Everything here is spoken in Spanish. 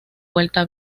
vuelta